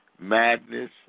madness